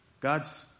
God's